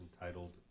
entitled